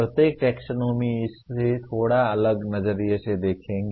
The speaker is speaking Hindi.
प्रत्येक टैक्सोनॉमी इसे थोड़ा अलग नजरिए से देखेगा